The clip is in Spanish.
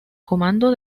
comando